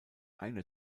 eine